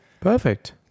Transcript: Perfect